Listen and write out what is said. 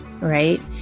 right